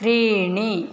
त्रीणि